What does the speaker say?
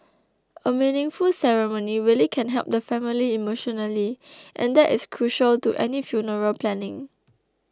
a meaningful ceremony really can help the family emotionally and that is crucial to any funeral planning